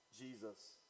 Jesus